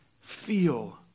feel